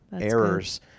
errors